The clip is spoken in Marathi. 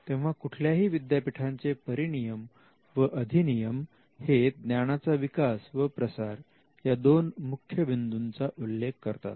तेव्हा कुठल्याही विद्यापीठां चे परिनियम व अधिनियम हे ज्ञानाचा विकास व प्रसार या दोन मुख्य बीदूंचा उल्लेख करतात